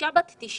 אישה בת 93